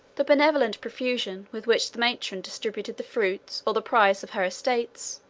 the benevolent profusion with which the matron distributed the fruits, or the price, of her estates,